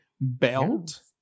belt